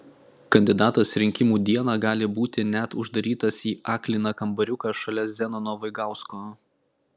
kandidatas rinkimų dieną gali būti net uždarytas į akliną kambariuką šalia zenono vaigausko